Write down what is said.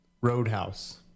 Roadhouse